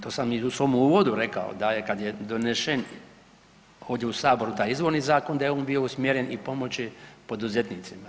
To sam i u svom uvodu rekao, da je kad je donesen ovdje u Saboru taj izvorni zakon, da je on bio usmjeren i pomoći poduzetnicima.